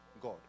God